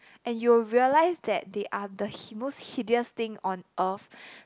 and you'll realized that they are the hi~ most hideous thing on earth